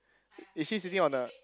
is she sitting on a